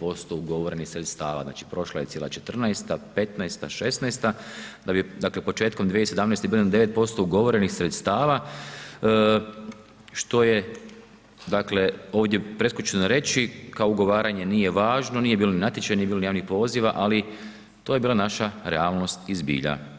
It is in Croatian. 9% ugovorenih sredstava, znači prošla je cijela 2014., 2015.., 2016. da bi dakle početkom 2017. bili na 9% ugovorenih sredstava što je dakle ovdje ... reći kao ugovaranje nije važno, nije bilo ni natječaja, nije bilo ni javnih poziva ali to je bila naša realnost i zbilja.